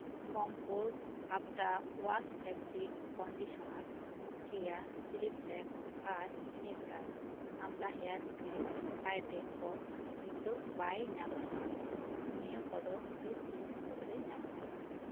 comfort after wash fabric conditioner ᱠᱮᱭᱟ chilli flakes ᱟᱨ ᱤᱱᱮᱪᱟᱨ ᱟᱢᱞᱟ ᱦᱮᱭᱟᱨ ᱠᱨᱤᱢ ᱟᱭᱴᱮᱢ ᱠᱚ ᱱᱤᱛᱚᱜ ᱵᱟᱭ ᱧᱟᱢᱚᱜᱼᱟ ᱱᱤᱭᱟᱹ ᱠᱚ ᱫᱚ ᱱᱮᱠᱥᱴ ᱩᱭᱤᱠ ᱢᱩᱫ ᱨᱮ ᱧᱟᱢᱚᱜᱼᱟ